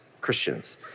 Christians